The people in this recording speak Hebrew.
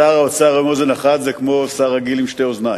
שר האוצר באוזן אחת זה כמו שר רגיל עם שתי אוזניים.